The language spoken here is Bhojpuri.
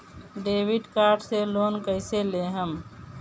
डेबिट कार्ड से लोन कईसे लेहम?